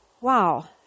wow